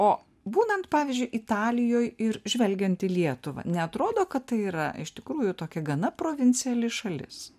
o būnant pavyzdžiui italijoj ir žvelgiant į lietuvą neatrodo kad tai yra iš tikrųjų tokia gana provinciali šalis